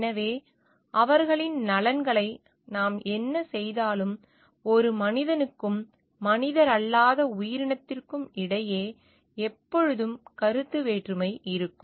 எனவே அவர்களின் நலன்களை நாம் என்ன செய்தாலும் ஒரு மனிதனுக்கும் மனிதரல்லாத உயிரினத்திற்கும் இடையே எப்போதும் கருத்து வேற்றுமை இருக்கும்